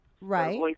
Right